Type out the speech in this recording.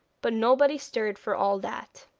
but nobody stirred for all that.